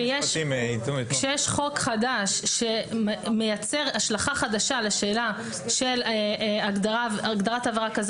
כאשר שיש חוק חדש שמייצג השלכה חדשה לשאלה של הגדרת עבירה כזו